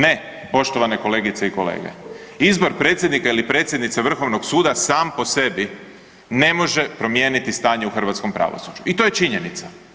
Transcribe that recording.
Ne, poštovane kolegice i kolege, izbor predsjednika ili predsjednice vrhovnog suda sam po sebi ne može promijeniti stanje u hrvatskom pravosuđu i to je činjenica.